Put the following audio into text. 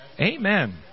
Amen